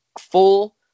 full